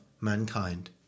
mankind